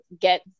get